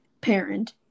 parent